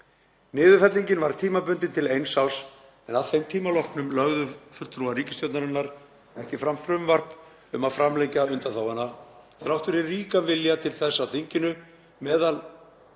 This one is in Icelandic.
Niðurfellingin var tímabundin til eins árs en að þeim tíma loknum lögðu fulltrúar ríkisstjórnarinnar ekki fram frumvarp um að framlengja undanþáguna, þrátt fyrir ríkan vilja til þess á þinginu og meðal